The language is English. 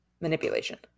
manipulation